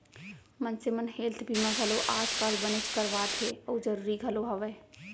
मनसे मन हेल्थ बीमा घलौ आज काल बनेच करवात हें अउ जरूरी घलौ हवय